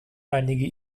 einige